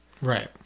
Right